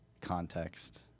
context